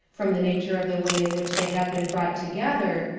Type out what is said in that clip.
from the nature of the way in which they have been brought together,